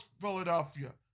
Philadelphia